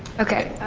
okay.